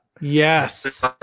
Yes